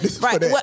right